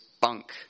bunk